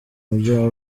mujyi